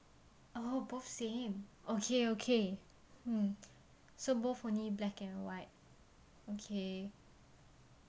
oh both same okay okay mm so both only black and white okay